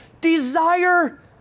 desire